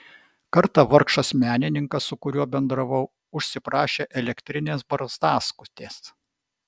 kartą vargšas menininkas su kuriuo bendravau užsiprašė elektrinės barzdaskutės